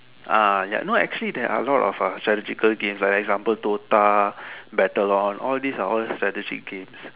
ah ya no actually there are a lot of strategical games like example D_O_T_A Battle on all these are all strategic games